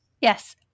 Yes